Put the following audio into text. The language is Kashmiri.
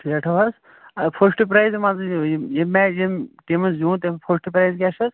شیٹھَو حظ فٔسٹ پرٛایز یِم میچ ییٚمہِ ٹیٖمہِ منٛز زیوٗن تِم فٔسٹ پرٛایز کیٛاہ چھِ اَتھ